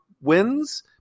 wins